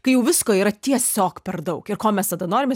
kai jau visko yra tiesiog per daug ir ko mes tada norime